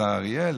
השר אריאל